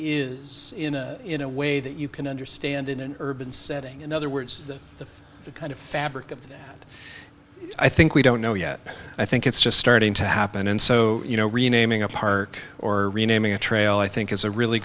is in a in a way that you can understand in an urban setting in other words the kind of fabric of that i think we don't know yet i think it's just starting to happen and so you know renaming a park or renaming a trail i think is a really